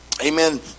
Amen